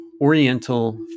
oriental